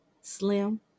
slim